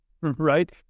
right